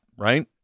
Right